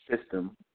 system